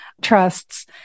trusts